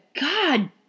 God